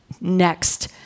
next